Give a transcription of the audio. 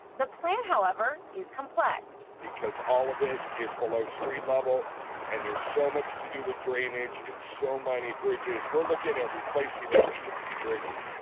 the plan, however is complex. because all of it is below street level and there's so much to do with drainage and so many bridges. we're looking at replacing over sixty bridges.